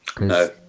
No